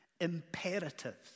imperatives